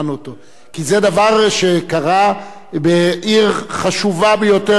כי זה דבר שקרה בעיר חשובה ביותר בישראל,